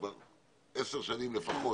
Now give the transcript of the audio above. כבר 10 שנים לפחות,